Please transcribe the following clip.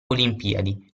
olimpiadi